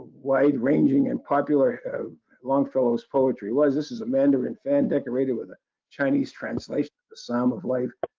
wide ranging and popular longfellow's poetry was. this is a mandarin fan decorated with a chinese translation, the sum of wife,